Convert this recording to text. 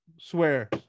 Swear